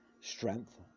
strength